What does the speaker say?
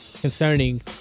concerning